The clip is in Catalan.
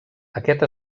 aquest